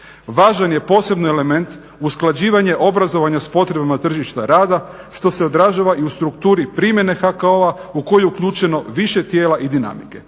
Važan je posebno element usklađivanje obrazovanja s potrebama tržišta rada što se odražava i u strukturi primjene HKO-a u koju je uključeno više tijela i dinamike.